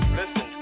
listen